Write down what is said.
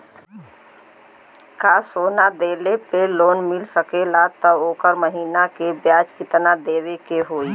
का सोना देले पे लोन मिल सकेला त ओकर महीना के ब्याज कितनादेवे के होई?